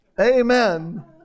Amen